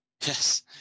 Yes